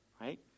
Right